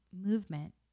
movement